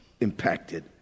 impacted